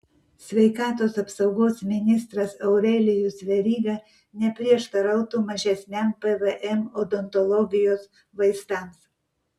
sveikatos apsaugos ministras aurelijus veryga neprieštarautų mažesniam pvm odontologijos vaistams